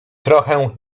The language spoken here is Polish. trochę